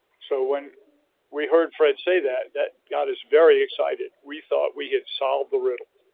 so when we heard fred say that, that got us very excited. we thought we had solved the riddle.